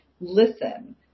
Listen